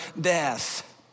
death